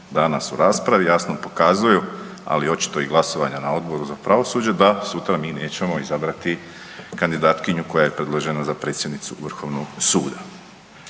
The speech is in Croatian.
danas u raspravi danas pokazuju, ali i očito glasovanja na Odboru za pravosuđe da sutra mi nećemo izabrati kandidatkinju koja je predložena za predsjednicu Vrhovnog suda.